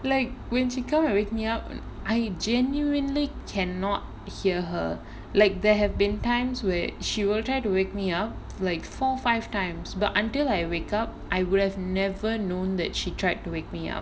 like when she come and wake me up and I genuinely cannot hear her like there have been times where she will try to wake me up like four five times but until I wake up I would have never known that she tried to wake me up